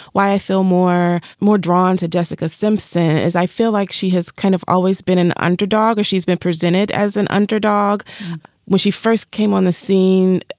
why i feel more more drawn to jessica simpson as i feel like she has kind of always been an underdog. she's been presented as an underdog when she first came on the scene.